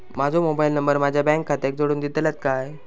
माजो mobile number माझ्या bank खात्याक जोडून दितल्यात काय?